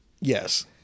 Yes